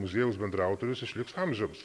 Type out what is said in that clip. muziejaus bendraautorius išliks amžiams